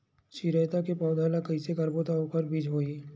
चिरैता के पौधा ल कइसे करबो त ओखर बीज होई?